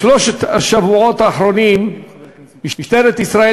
בשלושת השבועות האחרונים משטרת ישראל